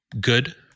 good